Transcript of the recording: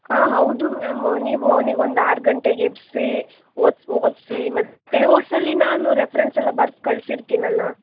ಹಾಂ ಹೌದು ಮ್ಯಾಮ್ ನೀವು ಅವ್ನಿಗೆ ಒಂದು ಆರು ಗಂಟೆಗೆಬ್ಬಿಸಿ ಓದಿ ಓದಿಸಿ ಮತ್ತೆ ನೋಟ್ಸ್ ಅಲ್ಲಿ ನಾನು ರೆಫ್ರೆನ್ಸೆಲ್ಲ ಬರ್ದು ಕಲಿಸಿರ್ತೀನಲ್ಲ